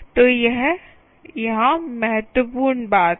तो यह यहाँ महत्वपूर्ण बात है